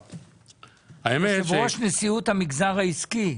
יו"ר נשיאות המגזר העסקי.